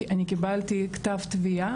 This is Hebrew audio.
כי אני קיבלתי כתב תביעה,